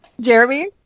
Jeremy